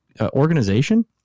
organization